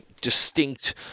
distinct